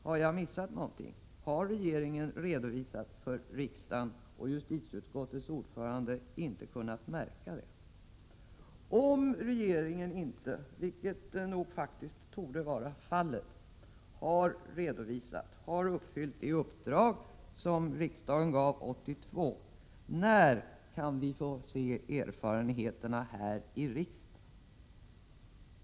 Har jag missat någonting? Har regeringen redovisat saken för riksdagen utan att justitieutskottets ordförande har kunnat märka det? Om regeringen inte — vilket faktiskt torde vara fallet — har redovisat det hela och därmed fullgjort det uppdrag som riksdagen gav år 1982, när kan vi då få del av erfarenheterna här i riksdagen?